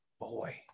Boy